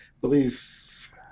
believe